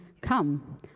come